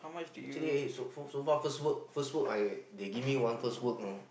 actually so so so far first work first work I they give me one first work know